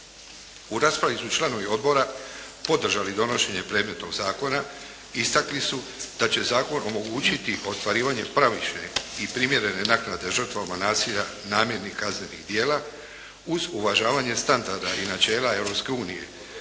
U raspravi su članovi Odbora podržali donošenje predmetnog zakona i istakli su da će zakon omogućiti ostvarivanje pravične i primjerene naknade žrtvama nasilja namjernih kaznenih djela, uz uvažavanje standarda i načela